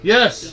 Yes